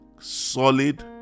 Solid